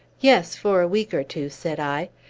yes, for a week or two, said i.